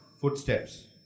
footsteps